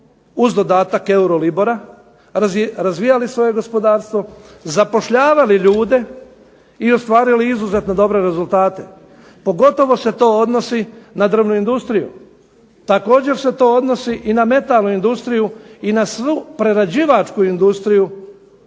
uz dodatak Euro LIBORA, razvijali svoje gospodarstvo, zapošljavali ljude i ostvarili izuzetno dobre rezultate. Pogotovo se to odnosi na drvnu industriju. Također se to odnosi i na metalnu industriju i na svu prerađivačku industriju